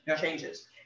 changes